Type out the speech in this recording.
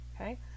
okay